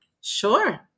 Sure